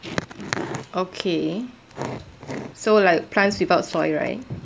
okay so like plants without soil right